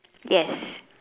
yes